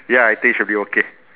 ya I think should be okay